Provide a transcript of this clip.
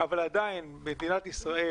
אבל עדיין מדינת ישראל,